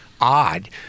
odd